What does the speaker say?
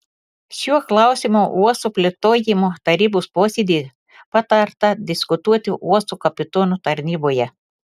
šiuo klausimu uosto plėtojimo tarybos posėdyje patarta diskutuoti uosto kapitono tarnyboje